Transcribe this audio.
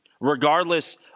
Regardless